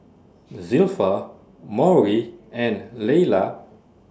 Zilpha Maury and Leila